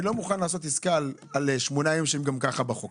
אני לא מוכן לעשות עסקה על 8 ימים שהם גם ככה בחוק.